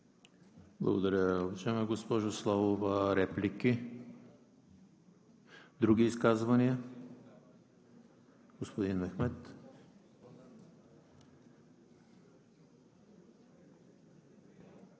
Благодаря, уважаема госпожо Славова. Реплики? Няма. Други изказвания? Господин Мехмед.